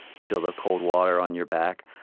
you feel the cold water on your back?